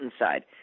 inside